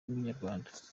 inyarwanda